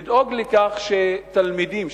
לדאוג לכך שתלמידים,